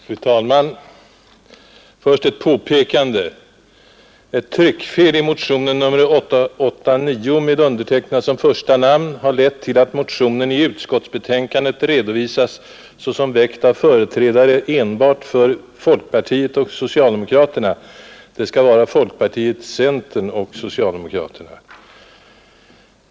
Fru talman! Först ett påpekande. Ett tryckfel i motionen 889 med mig som första namn har lett till att motionen i utskottets betänkande redovisas såsom väckt av företrädare enbart för folkpartiet och socialdemokraterna. Det skall vara folkpartiet, centern och socialdemokraterna.